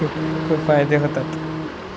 खूप खूप फायदे होतात